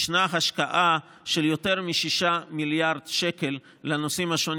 יש השקעה של יותר מ-6 מיליארד שקל לנושאים השונים